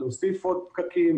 להוסיף עוד פקקים,